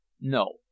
No